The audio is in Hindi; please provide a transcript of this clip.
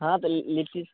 हाँ तो ली लिट्टी